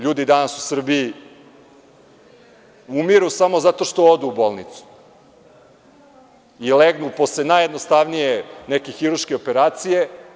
Ljudi danas u Srbiji umiru samo zato što odu u bolnicu i legnu posle najjednostavnije neke hiruške operacije.